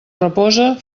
reposa